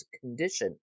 condition